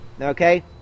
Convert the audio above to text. okay